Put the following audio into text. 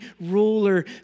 ruler